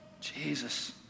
Jesus